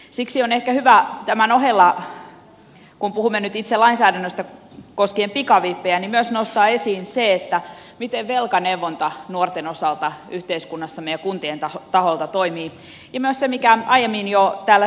siksi on ehkä hyvä tämän ohella kun puhumme nyt itse lainsäädännöstä koskien pikavippejä myös nostaa esiin se miten velkaneuvonta nuorten osalta yhteiskunnassamme ja kuntien taholta toimii ja myös se mikä aiemmin jo täällä sanottiin